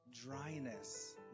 Dryness